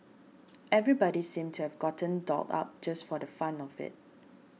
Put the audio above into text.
everybody seemed to have gotten dolled up just for the fun of it